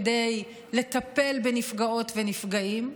כדי לטפל בנפגעות ונפגעים,